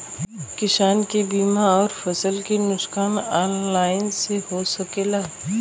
किसान के बीमा अउर फसल के नुकसान ऑनलाइन से हो सकेला?